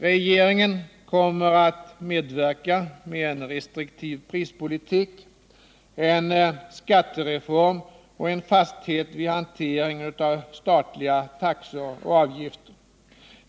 Regeringen kommer att medverka med en restriktiv prispolitik, en skattereform och en fasthet i hanteringen av statliga taxor och avgifter.